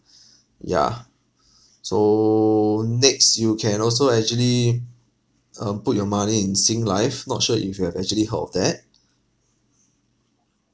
yeah so next you can also actually uh put your money in singlife not sure if you have actually heard of that